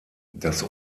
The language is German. das